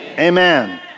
amen